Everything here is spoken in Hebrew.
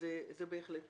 זה בהחלט נכון.